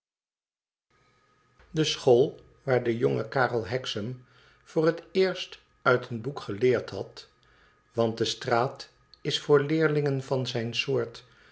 de school waar de jonge karel hexam voor het eerst uit een boek geleerd had want de straat is voor leerlingen van zijn soort